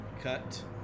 cut